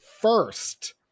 first